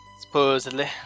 Supposedly